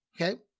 Okay